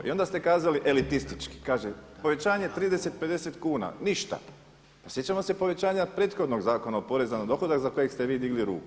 I onda ste kazali elitistički, kaže povećanje 30, 50 kuna ništa, pa sjećamo se povećanja prethodnog Zakona o porezu na dohodak za kojeg ste vi digli ruku.